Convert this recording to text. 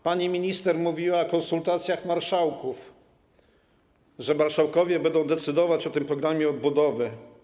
Pani minister mówiła o konsultacjach marszałków, że marszałkowie będą decydować o tym programie odbudowy.